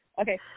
okay